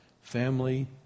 family